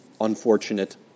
unfortunate